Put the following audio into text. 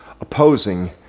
opposing